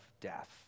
death